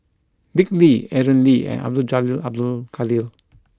Dick Lee Aaron Lee and Abdul Jalil Abdul Kadir